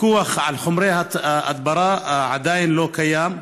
פיקוח על חומרי הדברה עדיין לא קיים,